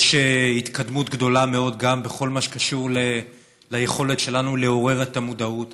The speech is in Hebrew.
יש התקדמות גדולה מאוד גם בכל מה שקשור ליכולת שלנו לעורר את המודעות,